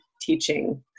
teaching